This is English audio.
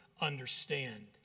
understand